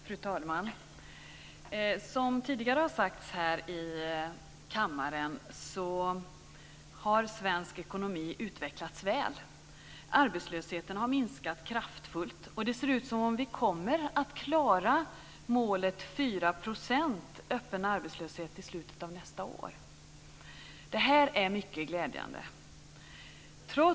Fru talman! Som tidigare har sagts här i kammaren har svensk ekonomi utvecklats väl. Arbetslösheten har minskat kraftigt, och det ser ut som att vi kommer att klara målet 4 % öppen arbetslöshet i slutet av nästa år. Detta är mycket glädjande.